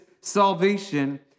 salvation